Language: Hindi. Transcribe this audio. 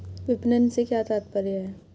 विपणन से क्या तात्पर्य है?